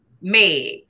Meg